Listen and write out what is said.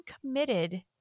committed